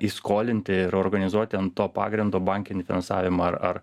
išskolinti ir organizuoti ant to pagrindo bankinį finansavimą ar ar